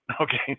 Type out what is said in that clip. Okay